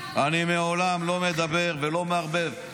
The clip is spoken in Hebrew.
אני לעולם לא מדבר ולא מערבב,